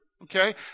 Okay